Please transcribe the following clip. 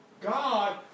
God